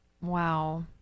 Wow